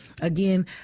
again